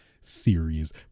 series